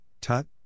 tut